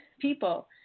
people